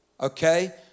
Okay